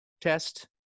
test